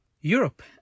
Europe